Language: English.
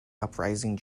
uprising